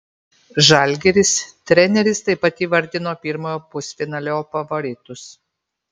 žalgiris treneris taip pat įvardino pirmojo pusfinalio favoritus